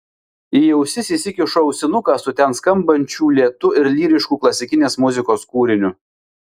į ausis įsikišu ausinuką su ten skambančių lėtu ir lyrišku klasikinės muzikos kūriniu